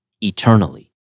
Eternally